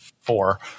four